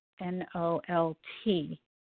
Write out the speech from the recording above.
N-O-L-T